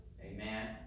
Amen